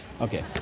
Okay